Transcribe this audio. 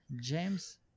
James